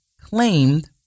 claimed